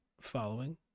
following